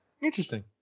Interesting